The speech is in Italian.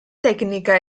tecnica